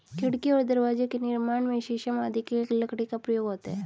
खिड़की और दरवाजे के निर्माण में शीशम आदि की लकड़ी का प्रयोग होता है